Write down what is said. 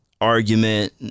argument